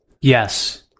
Yes